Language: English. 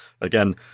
Again